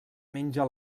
menja